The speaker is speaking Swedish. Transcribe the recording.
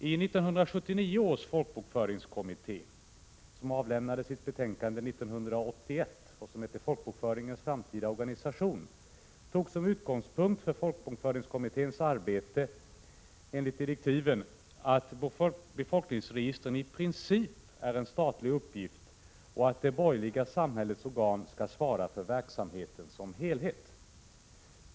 I 1979 års folkbokföringskommitté, som 1981 avlämnade sitt betänkande Folkbokföringens framtida organisation, togs som utgångspunkt att arbetet med att upprätta befolkningsregister i princip är en statlig uppgift och att det borgerliga samhällets organ skall ansvara för verksamheten som helhet.